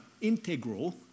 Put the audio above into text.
integral